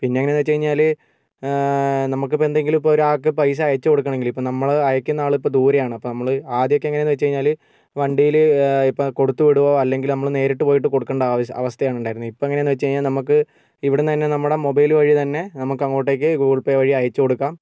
പിന്നെ എങ്ങനെയാണെന്ന് വെച്ചുകഴിഞ്ഞാൽ നമുക്കിപ്പം എന്തെങ്കിലും ഇപ്പം ഒരാൾക്ക് പൈസ അയച്ച് കൊടുക്കണമെങ്കിൽ ഇപ്പോൾ നമ്മൾ അയയ്ക്കുന്ന ആളിപ്പോൾ ദൂരെയാണ് അപ്പോൾ നമ്മൾ ആദ്യമൊക്കെ എങ്ങനെ ആണെന്ന് വെച്ചുകഴിഞ്ഞാൽ വണ്ടിയിൽ ഇപ്പോൾ കൊടുത്തുവിടുവോ അല്ലെങ്കിൽ നമ്മൾ നേരിട്ട് പോയിട്ട് കൊടുക്കേണ്ട ആവശ്യ അവസ്ഥയാണ് ഉണ്ടായിരുന്നത് ഇപ്പോൾ എങ്ങനെ ആണെന്ന് വെച്ചുകഴിഞ്ഞാൽ നമുക്ക് ഇവിടുന്ന് തന്നെ നമ്മുടെ മൊബൈൽ വഴി തന്നെ നമുക്ക് അങ്ങോട്ടേക്ക് ഗൂഗിൾ പേ വഴി അയച്ച് കൊടുക്കാം